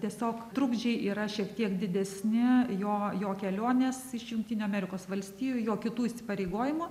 tiesiog trukdžiai yra šiek tiek didesni jo jo kelionės iš jungtinių amerikos valstijų jo kitų įsipareigojimų